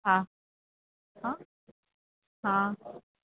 ہاں ہاں ہاں